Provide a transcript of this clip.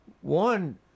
One